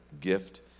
gift